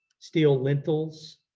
steel lintels